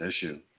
issue